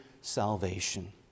salvation